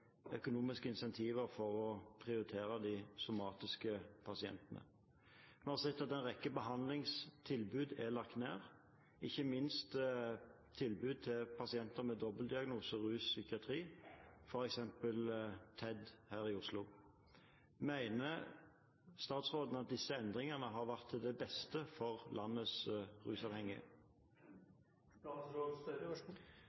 økonomiske incentiver for å prioritere de somatiske pasientene. Vi har sett at en rekke behandlingstilbud er lagt ned, ikke minst tilbud til pasienter med dobbeltdiagnose – rus, psykiatri, f.eks. TEDD her i Oslo. Mener statsråden at disse endringene har vært til det beste for landets rusavhengige? Så